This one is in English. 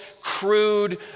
crude